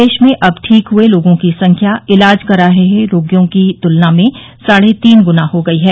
देश में अब ठीक हुए लोगों की संख्या इलाज करा रहे रोगियों की तुलना में साढ़े तीन गुना हो गयी है